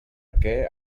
què